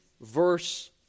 verse